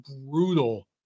brutal